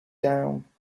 down